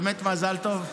באמת מזל טוב.